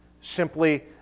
Simply